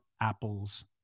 apples